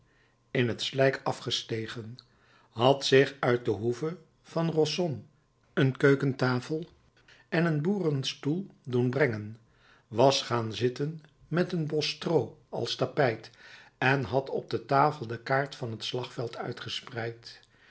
in het slijk afgestegen had zich uit de hoeve van rossomme een keukentafel en een boerenstoel doen brengen was gaan zitten met een bos stroo als tapijt en had op de tafel de kaart van het slagveld